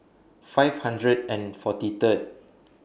five hundred and forty Third